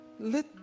Let